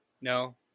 No